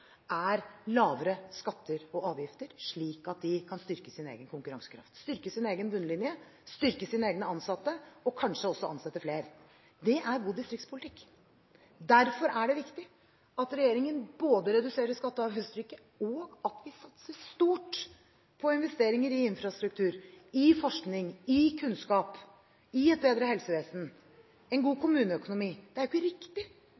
er lavere skatter og avgifter, slik at de kan styrke sin egen konkurransekraft, styrke sin egen bunnlinje, styrke sine egne ansatte og kanskje også ansette flere. Det er god distriktspolitikk. Derfor er det viktig at regjeringen både reduserer i skatte- og avgiftstrykket, og at vi satser stort på investeringer i infrastruktur – i forskning, i kunnskap, i et bedre helsevesen, en god kommuneøkonomi. Det er jo ikke riktig